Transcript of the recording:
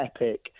epic